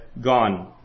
gone